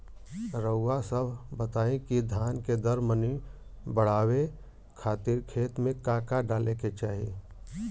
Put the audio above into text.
रउआ सभ बताई कि धान के दर मनी बड़ावे खातिर खेत में का का डाले के चाही?